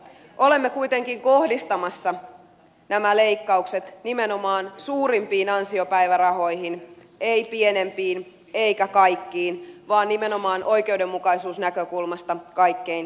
olemme kuitenkin kohdistamassa nämä leikkaukset nimenomaan suurimpiin ansiopäivärahoihin emme pienempiin emmekä kaikkiin vaan nimenomaan oikeudenmukaisuusnäkökulmasta kaikkein suurimpiin